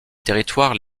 territoires